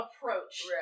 approach